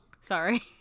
Sorry